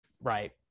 Right